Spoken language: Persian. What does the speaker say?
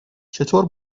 چطور